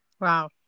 Wow